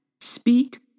speak